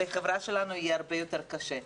לחברה שלנו יהיה הרבה יותר קשה.